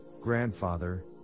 grandfather